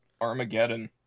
Armageddon